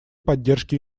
поддержке